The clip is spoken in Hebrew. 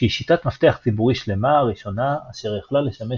שהיא שיטת מפתח ציבורי שלמה הראשונה אשר יכלה לשמש